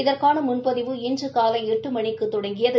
இதற்கான முன்பதிவு இன்று காலை எட்டு மணிக்கு தொடங்கியது